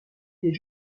les